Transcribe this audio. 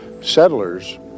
settlers